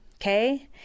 Okay